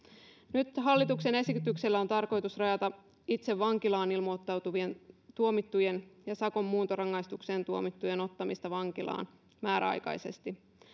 nyt hallituksen esityksellä on tarkoitus rajata itse vankilaan ilmoittautuvien tuomittujen ja sakon muuntorangaistukseen tuomittujen ottamista vankilaan määräaikaisesti